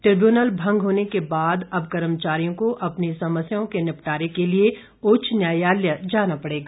tribunal भंग होने के बाद अब कर्मचारियों को अपनी समस्याओं के निपटारे के लिए उच्च न्यायालय जाना पड़ेगा